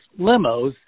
limos